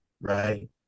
right